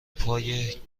پای